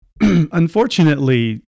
Unfortunately